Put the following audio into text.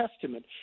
testament